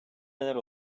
neler